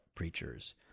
preachers